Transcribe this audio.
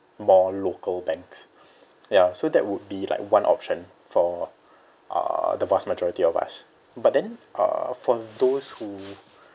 more local banks ya so that would be like one option for uh the vast majority of us but then uh for those who